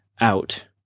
out